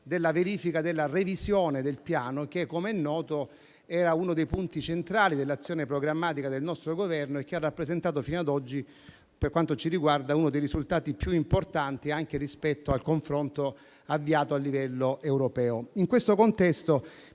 alla verifica della revisione del Piano che, come è noto, era uno dei punti centrali dell'azione programmatica del nostro Governo e che ha rappresentato fino a oggi, per quanto ci riguarda, uno dei risultati più importanti anche rispetto al confronto avviato a livello europeo. In questo contesto